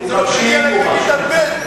לוקחים ילד בכיתה ב',